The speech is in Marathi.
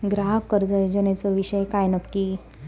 ग्राहक कर्ज योजनेचो विषय काय नक्की?